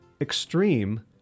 extreme